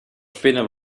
spinnen